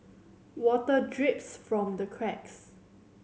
water drips from the cracks